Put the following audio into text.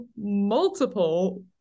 multiple